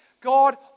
God